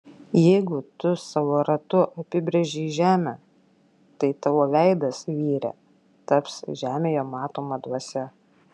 jeigu tu savo ratu apibrėžei žemę tai tavo veidas vyre taps žemėje matoma dvasia